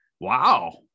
wow